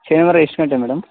ಶನಿವಾರ ಎಷ್ಟು ಗಂಟೆಗೆ ಮೇಡಮ್